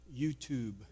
YouTube